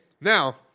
Now